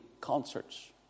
concerts